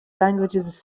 languages